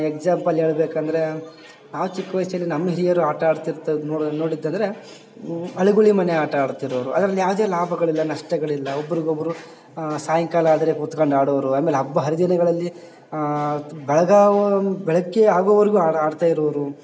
example ಹೇಳ್ಬೇಕಂದರೆ ನಾವು ಚಿಕ್ಕ ವಯಸಲ್ಲಿ ನಮ್ಮ ಹಿರಿಯರು ಆಟಾಡ್ತಿರ್ತ ನೋಡ ನೋಡಿದಂದರೆ ಅಳಗುಳಿ ಮನೆ ಆಟಾಡ್ತಿರೋರು ಅದ್ರಲ್ಲಿ ಯಾವುದೇ ಲಾಭಗಳಿಲ್ಲ ನಷ್ಟಗಳಿಲ್ಲ ಒಬ್ರಿಗೊಬ್ರು ಸಾಯಂಕಾಲ ಆದರೆ ಕೂತ್ಕಂಡು ಆಡೋರು ಆಮೇಲೆ ಹಬ್ಬ ಹರಿದಿನಗಳಲ್ಲಿ ಬೆಳಗಾವ್ ಬೆಳಗ್ಗೆ ಆಗೋವರ್ಗು ಆಡ್ ಆಡ್ತಾ ಇರೋರು